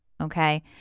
okay